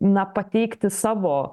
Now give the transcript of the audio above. na pateikti savo